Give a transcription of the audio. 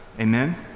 Amen